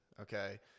okay